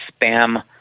spam